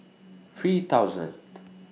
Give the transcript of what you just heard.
three thousand